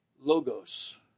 logos